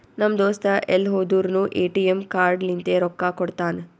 ನಮ್ ದೋಸ್ತ ಎಲ್ ಹೋದುರ್ನು ಎ.ಟಿ.ಎಮ್ ಕಾರ್ಡ್ ಲಿಂತೆ ರೊಕ್ಕಾ ಕೊಡ್ತಾನ್